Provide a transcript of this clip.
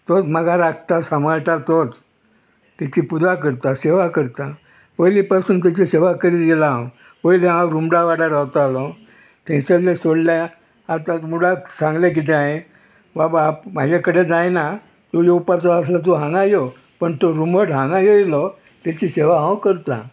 तोच म्हाका राखता सांबाळटा तोच तेची पुजा करता सेवा करता पयलीं पासून तेची सेवा करीत येयला हांव पयलीं हांव रुमडा वाड्यार रावतालों थंयसरले सोडल्या आतां रुमडाक सांगलें किदें हांयें बाबा म्हाजे कडे जायना आं तूं येवपाचो आसलो तूं हांगा यो पण तो रुमट हांगा येयलो तेची सेवा हांव करतां